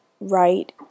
right